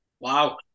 Wow